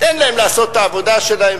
תן להם לעשות את העבודה שלהם,